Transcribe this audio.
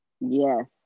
Yes